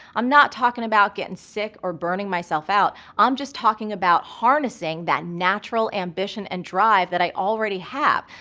i'm not talking about getting sick or burning myself out, i'm just talking about harnessing that natural ambition and drive that i already have.